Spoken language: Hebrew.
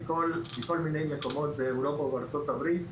בכל מכל מיני מקומות באירופה ובארצות הברית,